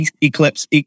eclipse